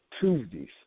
Tuesdays